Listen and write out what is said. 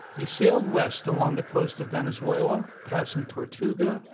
he sailed west along the coast of venezuela passing tortuga,